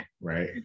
right